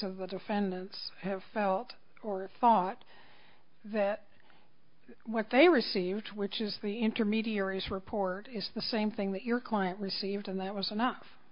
of the defendants have felt or thought that what they received which is the intermediaries report is the same thing that your client received and that was enough